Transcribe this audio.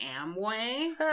Amway